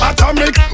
Atomic